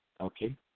Okay